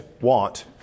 want